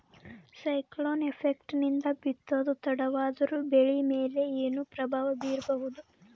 Cyclone effect ನಿಂದ ಬಿತ್ತೋದು ತಡವಾದರೂ ಬೆಳಿ ಮೇಲೆ ಏನು ಪ್ರಭಾವ ಬೀರಬಹುದು?